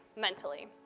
mentally